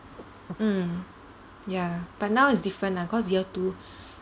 mm ya but now it's different ah cause year two